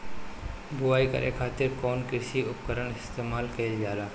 बुआई करे खातिर कउन कृषी उपकरण इस्तेमाल कईल जाला?